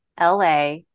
LA